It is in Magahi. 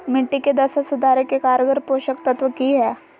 मिट्टी के दशा सुधारे के कारगर पोषक तत्व की है?